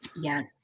Yes